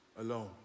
alone